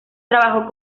trabajó